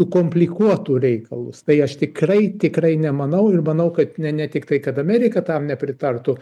komplikuotų reikalus tai aš tikrai tikrai nemanau ir manau kad ne ne tiktai kad amerika tam nepritartų